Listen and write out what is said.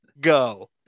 go